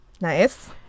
nice